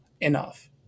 enough